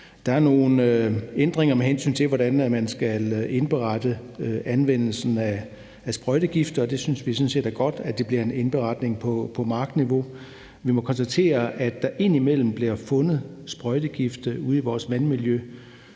Der er nogle ændringer, med hensyn til hvordan man skal indberette anvendelsen af sprøjtegifte, og vi synes sådan set, at det er godt, at det bliver en indberetning på markniveau. Vi må konstatere, at der ind imellem bliver fundet sprøjtegifte ude i vores vandmiljø.